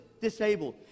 disabled